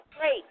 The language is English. great